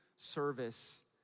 service